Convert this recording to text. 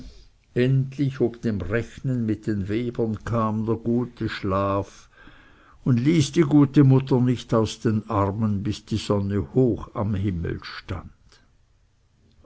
endlich ob dem rechnen mit den webern kam der gute schlaf und ließ die gute mutter nicht aus den armen bis die sonne hoch am himmel stund